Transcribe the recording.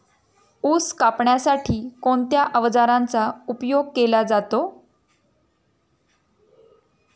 ऊस कापण्यासाठी कोणत्या अवजारांचा उपयोग केला जातो?